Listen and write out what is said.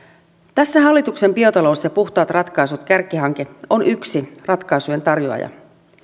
tässä hallituksen biotalous ja puhtaat ratkaisut kärkihanke on yksi ratkaisujen tarjoaja